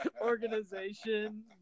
organization